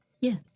Yes